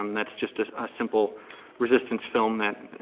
um that's just a ah simple resistance film that